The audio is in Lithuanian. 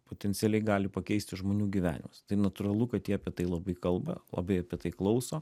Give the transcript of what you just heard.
potencialiai gali pakeisti žmonių gyvenimus tai natūralu kad jie apie tai labai kalba o beje apie tai klauso